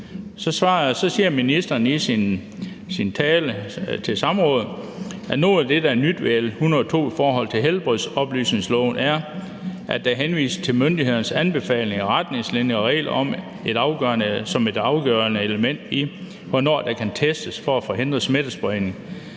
så siger ministeren i sin tale til samrådet, at noget af det, der er nyt ved L 102 i forhold til helbredsoplysningsloven, er, at der henvises til myndighedernes anbefalinger, retningslinjer og regler som et afgørende element i, hvornår der kan testes for at forhindre smittespredning,